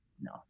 no